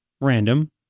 Random